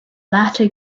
latter